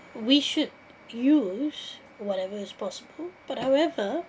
we should use whatever is possible but however